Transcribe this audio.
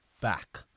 back